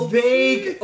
vague